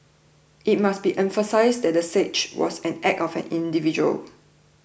it must be emphasised that the siege was an act of an individual